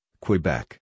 Quebec